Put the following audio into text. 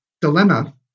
dilemma